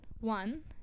One